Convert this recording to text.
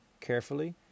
carefully